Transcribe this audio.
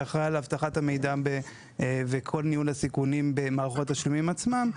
שאחראי על אבטחת המידע ועל כל ניהול הסיכונים במערכות התשלומים עצמן.